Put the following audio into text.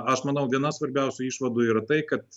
aš manau viena svarbiausių išvadų yra tai kad